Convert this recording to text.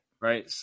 Right